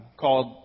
called